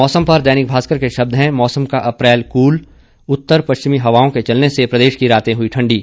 मौसम पर दैनिक भास्कर के शब्द हैं मौसम का अप्रैल कूल उत्तर पश्चिमी हवाओं के चलने से प्रदेश की रातें हुई ठंडी